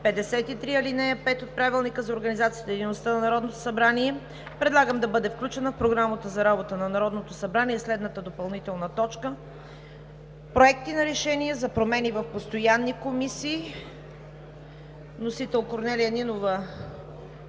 53, ал. 5 от Правилника за организацията и дейността на Народното събрание предлагам да бъде включена в Програмата за работата на Народното събрание следната допълнителна точка – проекти на решение за промени в постоянни комисии. Вносител е Корнелия Нинова,